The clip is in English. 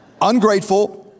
ungrateful